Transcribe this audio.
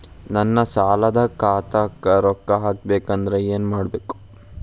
ನನ್ನ ಸಾಲದ ಖಾತಾಕ್ ರೊಕ್ಕ ಹಾಕ್ಬೇಕಂದ್ರೆ ಏನ್ ಮಾಡಬೇಕು?